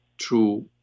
true